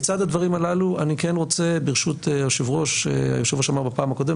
לצד הדברים הללו אני רוצה ברשות היושב-ראש והיושב-ראש אמר בפעם הקודמת,